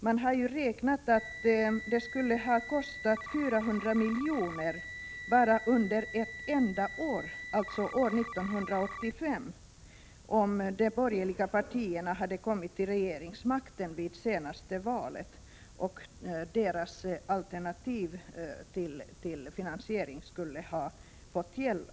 Man har räknat ut att det skulle ha kostat 400 milj.kr. bara under ett enda år, alltså under 1985, om de borgerliga partierna hade kommit till regeringsmakten vid det senaste valet och deras alternativ till finansiering skulle ha fått gälla.